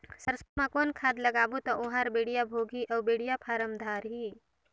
सरसो मा कौन खाद लगाबो ता ओहार बेडिया भोगही अउ बेडिया फारम धारही?